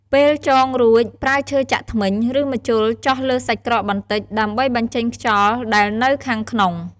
ពេលចងរួច ប្រើឈើចាក់ធ្មេញ ឬម្ជុលចោះលើសាច់ក្រកបន្តិច ដើម្បីបញ្ចេញខ្យល់ដែលនៅខាងក្នុង។